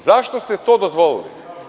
Zašto ste do dozvolili?